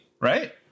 right